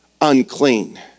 unclean